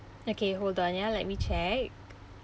okay hold on ya let me check